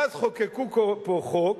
ואז חוקקו פה חוק,